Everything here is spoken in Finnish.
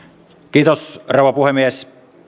kiitos rouva puhemies